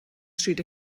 stryd